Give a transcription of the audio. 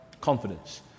confidence